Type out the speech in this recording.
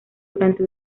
durante